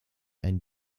and